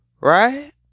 right